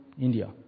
India